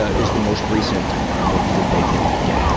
ah is the most recent book that they can get?